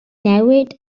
newid